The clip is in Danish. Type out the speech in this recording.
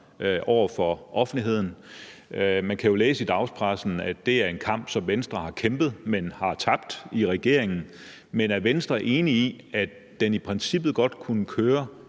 over for offentligheden? Man kan jo læse i dagspressen, at det er en kamp, som Venstre har kæmpet, men har tabt i regeringen. Men er Venstre enig i, at den i princippet godt kunne køre